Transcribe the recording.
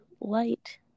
light